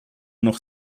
noch